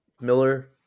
Miller